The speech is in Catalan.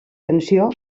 tensió